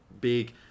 big